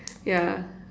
yeah